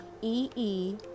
E-E